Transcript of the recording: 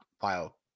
file